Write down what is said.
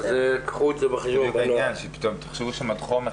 את לא צריכה להסביר את ההיגיון כפי שאת מסבירה.